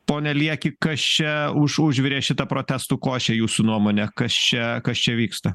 pone lieki kas čia už užvirė šitą protestų košę jūsų nuomone kas čia kas čia vyksta